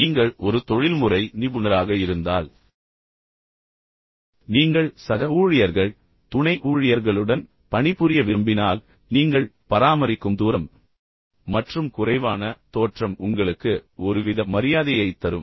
நீங்கள் ஒரு தொழில்முறை நிபுணராக இருந்தால் நீங்கள் சக ஊழியர்கள் துணை ஊழியர்களுடன் பணிபுரிய விரும்பினால் நீங்கள் பராமரிக்கும் தூரம் மற்றும் குறைவான தோற்றம் உங்களுக்கு ஒருவித மரியாதையைத் தரும்